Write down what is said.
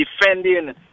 defending